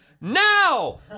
Now